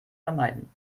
vermeiden